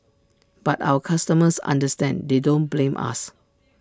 but our customers understand they don't blame us